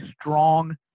strong